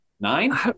nine